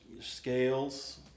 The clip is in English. scales